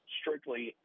strictly